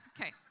Okay